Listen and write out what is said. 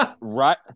right